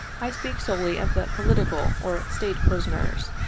i speak solely of the political or state prisoners.